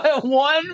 One